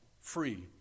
free